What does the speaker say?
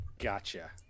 Gotcha